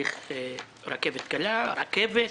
צריך רכבת קלה ורכבת כבדה,